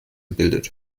bildet